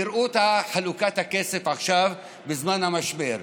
תראו את חלוקת הכסף עכשיו, בזמן המשבר.